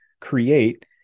create